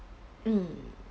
mm